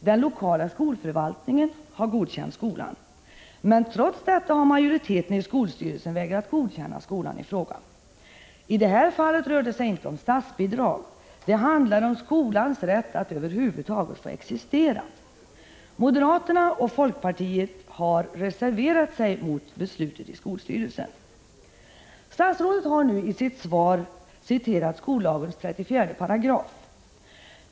Den lokala skolförvaltningen har godkänt skolan. Trots detta har majoriteten i skolstyrelsen emellertid vägrat godkänna skolan. I det här fallet rör det sig inte om statsbidrag, det handlar om skolans rätt att över huvud taget existera. Moderaterna och folkpartisterna i skolstyrelsen har reserverat sig mot dess beslut. Statsrådet har i sitt svar citerat skollagens 34 §.